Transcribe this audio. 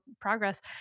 progress